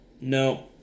No